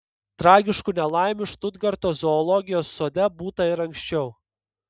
tragiškų nelaimių štutgarto zoologijos sode būta ir anksčiau